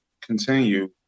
continue